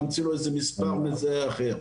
להמציא לו איזה מספר כזה או אחר.